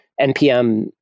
npm